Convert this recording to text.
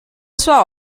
sua